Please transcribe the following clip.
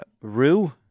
Rue